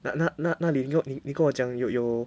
那那那里你你跟我讲有